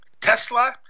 Tesla